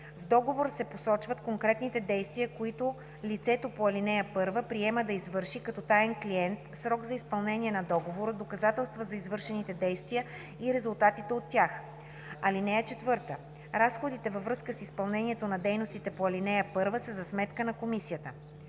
В договора се посочват конкретните действия, които лицето по ал. 1 приема да извърши като таен клиент, срок за изпълнение на договора, доказателства за извършените действия и резултатите от тях. (4) Разходите във връзка с изпълнението на дейностите по ал. 1 са за сметка на комисията.